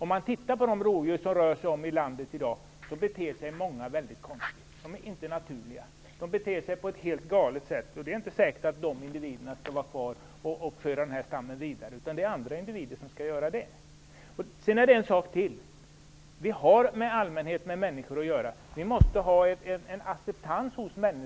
Många av de rovdjur som finns ute i vårt land i dag beter sig väldigt konstigt. Deras beteende är helt galet, och det är inte säkert att just de individerna bör vara kvar för att föra stammen vidare. Det skall andra individer göra. Vi har vidare att göra med människor, och vi måste få en acceptans från dem för